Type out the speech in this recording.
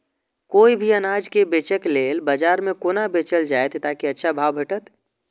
कोय भी अनाज के बेचै के लेल बाजार में कोना बेचल जाएत ताकि अच्छा भाव भेटत?